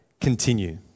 continue